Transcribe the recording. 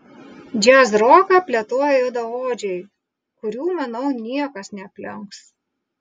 džiazroką plėtoja juodaodžiai kurių manau niekas neaplenks